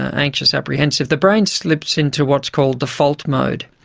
anxious, apprehensive, the brain slips into what's called default mode,